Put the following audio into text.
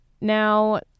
Now